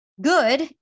good